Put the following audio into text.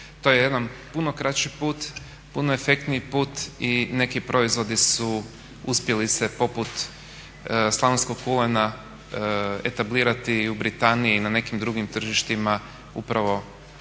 To je jedan puno kraći put, puno efektniji put i neki proizvodi su uspjeli se poput slavonskog kulena etablirati i u Britaniji i na nekim drugim tržištima upravo tom